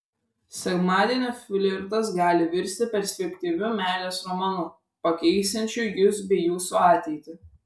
sekmadienio flirtas gali virsti perspektyviu meilės romanu pakeisiančiu jus bei jūsų ateitį